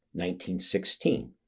1916